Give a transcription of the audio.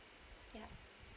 ya